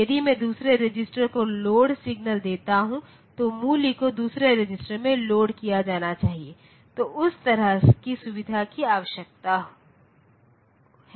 यदि मैं दूसरे रजिस्टर को लोड सिग्नल देता हूं तो मूल्य को दूसरे रजिस्टर में लोड किया जाना चाहिए तो उस तरह की सुविधा की आवश्यकता हैं